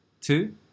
two